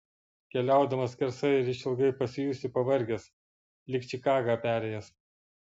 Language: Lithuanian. keliaudamas skersai ir išilgai pasijusi pavargęs lyg čikagą perėjęs